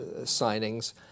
signings